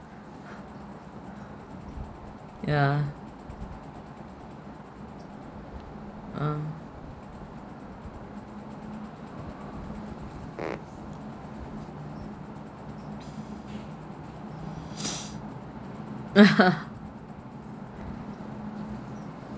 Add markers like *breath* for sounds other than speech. ya uh *breath* *laughs*